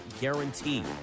guarantee